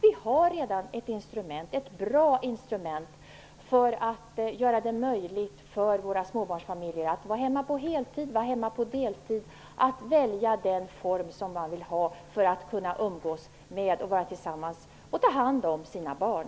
Vi har redan ett bra instrument för att göra det möjligt för våra småbarnsföräldrar att vara hemma på heltid eller på deltid, dvs. att välja den form som de vill ha för att kunna umgås med och ta hand om sina barn.